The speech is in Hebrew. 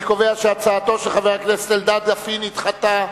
אני קובע שהצעתו של חבר הכנסת אלדד אף היא נדחתה.